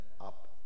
up